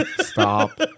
Stop